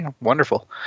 wonderful